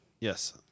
Yes